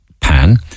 pan